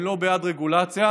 הם לא בעד רגולציה.